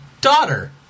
daughter